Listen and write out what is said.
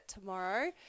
tomorrow